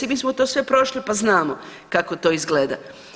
Mi smo to sve prošli pa znamo kako to izgleda.